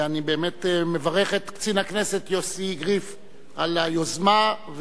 ואני באמת מברך את קצין הכנסת יוסי גריף על היוזמה,